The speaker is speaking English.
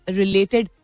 related